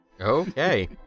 Okay